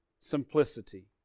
simplicity